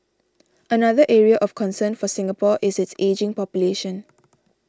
another area of concern for Singapore is its ageing population